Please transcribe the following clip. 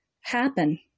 happen